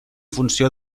funció